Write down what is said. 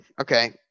okay